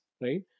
right